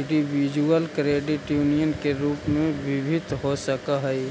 individual credit union के रूप में विभक्त हो सकऽ हइ